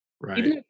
right